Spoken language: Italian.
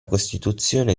costituzione